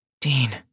Dean